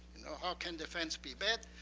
how can defense be bad?